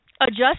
Adjust